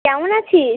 কেমন আছিস